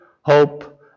hope